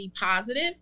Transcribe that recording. positive